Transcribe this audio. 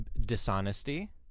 dishonesty